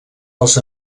els